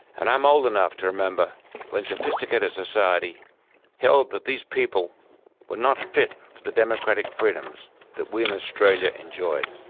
and i'm old enough to remember when sophisticated society held that these people were not fit for the democratic freedoms that we in australia enjoyed